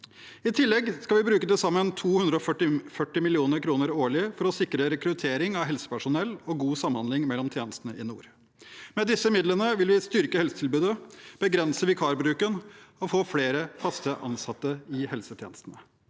I tillegg skal vi bruke til sammen 240 mill. kr årlig for å sikre rekruttering av helsepersonell og god samhandling mellom tjenestene i nord. Med disse midlene vil vi styrke helsetilbudet, begrense vikarbruken og få flere fast ansatte i helsetjenestene.